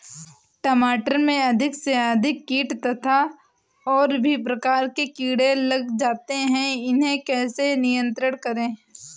टमाटर में अधिक से अधिक कीट तथा और भी प्रकार के कीड़े लग जाते हैं इन्हें कैसे नियंत्रण करें?